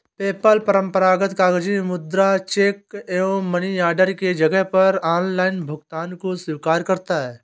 PayPal परंपरागत कागजी मुद्रा, चेक एवं मनी ऑर्डर के जगह पर ऑनलाइन भुगतान को स्वीकार करता है